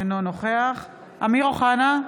אינו נוכח אמיר אוחנה,